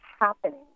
happening